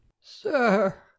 Sir